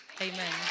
amen